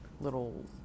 little